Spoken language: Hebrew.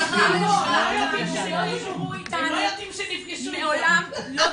אורנה, התשובות שלכם לא מספקות ואם אלה